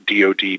DOD